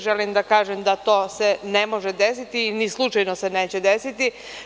Želim da kažem da se to ne može desiti, ni slučajno se neće desiti.